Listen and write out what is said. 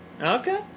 Okay